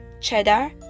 Cheddar